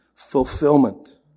Fulfillment